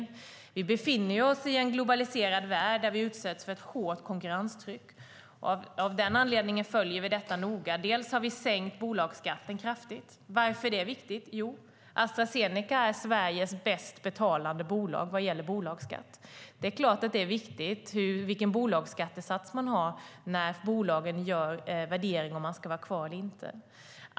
Vi i Sverige befinner oss i en globaliserad värld där vi utsätts för ett hårt konkurrenstryck. Av den anledningen följer regeringen utvecklingen noga. Vi har sänkt bolagsskatten kraftigt. Varför är det viktigt? Jo, Astra Zeneca betalar den högsta bolagsskatten i Sverige. Då är det klart att det är viktigt vilken bolagsskattesats som man har när bolagen överväger om de ska vara kvar i Sverige eller inte.